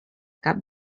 cap